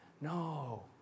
No